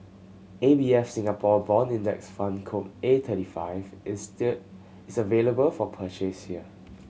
A B Singapore Bond Index Fund code A thirty five is still available for purchase here